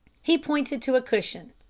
he pointed to a cushion.